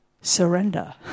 surrender